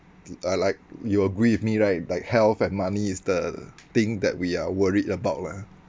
are like you agree with me right like health and money is the thing that we are worried about lah